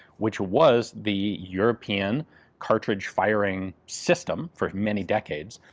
which was the european cartridge firing system for many decades,